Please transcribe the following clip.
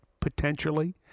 potentially